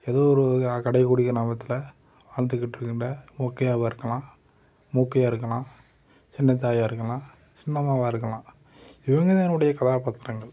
ஏதோ ஒரு நியாபகத்தில் வாழ்ந்துக்கிட்டிருக்கின்ற மூக்கையாவாக இருக்கலாம் மூக்கையா இருக்கலாம் சின்னத்தாயாக இருக்கலாம் சின்னம்மாவாக இருக்கலாம் இவங்கதா என்னுடைய கதாபாத்திரங்கள்